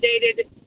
dated